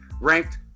ranked